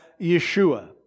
Yeshua